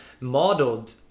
modeled